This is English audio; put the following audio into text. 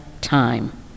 time